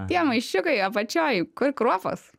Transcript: tie maišiukai apačioj kur kruopos